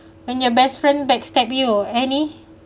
when your best friend back stab you any